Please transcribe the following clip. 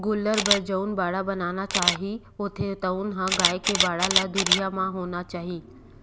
गोल्लर बर जउन बाड़ा बनाना चाही होथे तउन ह गाय के बाड़ा ले दुरिहा म होना चाही